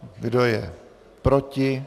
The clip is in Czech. Kdo je proti?